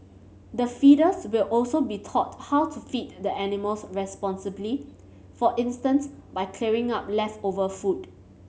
the feeders will also be taught how to feed the animals responsibly for instance by clearing up leftover food